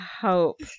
hope